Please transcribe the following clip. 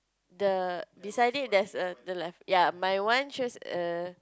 the beside it there's a the left ya my one shows err